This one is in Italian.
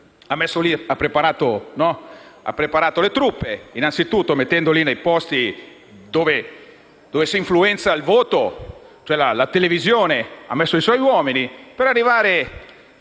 ha preparato le truppe, anzitutto mettendole nei posti dove si influenza il voto. In televisione ha messo i suoi uomini per cercare